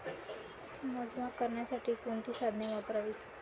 मोजमाप करण्यासाठी कोणती साधने वापरावीत?